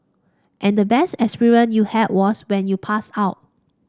and the best experience you had was when you passed out